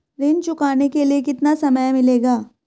ऋण चुकाने के लिए कितना समय मिलेगा?